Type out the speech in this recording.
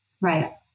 right